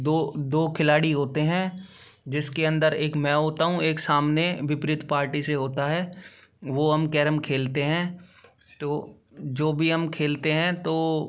दो दो खिलाड़ी होते हैं जिसके अंदर एक मैं होता हूँ एक सामने विपरीत पार्टी से होता है वो हम कैरम खेलते हैं तो जो भी हम खेलते हैं तो